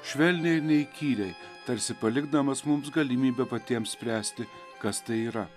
švelniai ir neįkyriai tarsi palikdamas mums galimybę patiems spręsti kas tai yra